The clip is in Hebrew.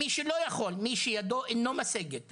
מי שלא יכול ומי שידו אינו משגת ולכן,